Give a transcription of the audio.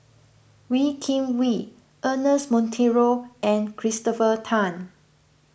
Wee Kim Wee Ernest Monteiro and Christopher Tan